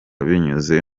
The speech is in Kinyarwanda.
binyuze